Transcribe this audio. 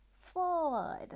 Ford